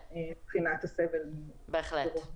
אני אתן לך דוגמה מאוד ברורה.